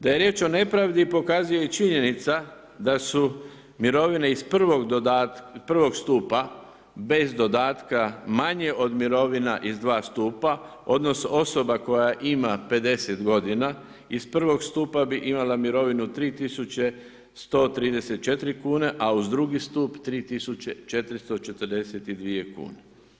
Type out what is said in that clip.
Da je riječ o nepravdi, pokazuje i činjenica da su mirovine iz I stupa bez dodatka manje od mirovina iz II stupa, odnosno osoba koja ima 50 godina iz I stupa bi imala mirovinu 3134 kune, a uz II stup 3442 kune.